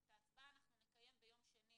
את ההצבעה נקיים ביום שני